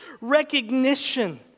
recognition